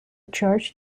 church